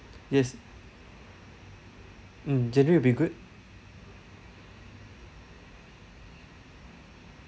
yes mm january will be good